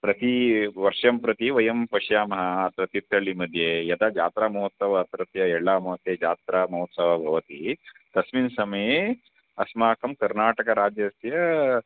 प्रति वर्षं प्रति वयं पश्यामः त्र तीर्थहल्लिमध्ये यदा जात्रामहोत्सवः अत्रत्य यळ्ळामावास्ये जात्रामहोत्सवः भवति तस्मिन् समये अस्माकं कर्णाटकराज्यस्य